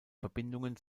verbindungen